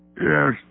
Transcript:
Yes